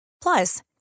Plus